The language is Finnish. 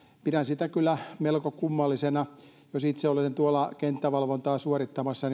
pidän sitä kyllä melko kummallisena jos itse olisin tuolla kenttävalvontaa suorittamassa